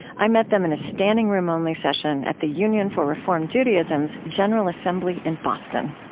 i met them in a standing-room only session at the union for reform judaism's general assembly in boston